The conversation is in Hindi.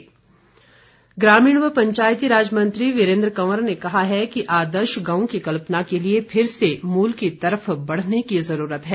वीरेंद्र कंवर ग्रामीण व पंचायती राज मंत्री वीरेंद्र कंवर ने कहा है कि आर्दश गांव की कल्पना के लिए फिर से मूल की तरफ बढ़ने की जरूरत है